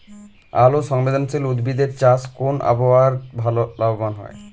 আলোক সংবেদশীল উদ্ভিদ এর চাষ কোন আবহাওয়াতে ভাল লাভবান হয়?